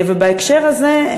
ובהקשר הזה,